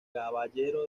caballero